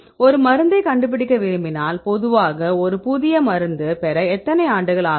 ஒரு மருந்தை கண்டுபிடிக்க விரும்பினால் பொதுவாக ஒரு புதிய மருந்து பெற எத்தனை ஆண்டுகள் ஆகும்